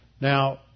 Now